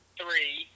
three